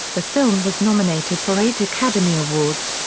the film was nominated for eight academy awards,